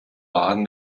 baden